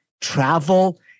travel